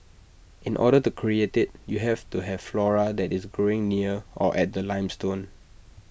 in order to create IT you have to have flora that is growing near or at the limestone